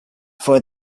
for